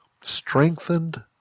Strengthened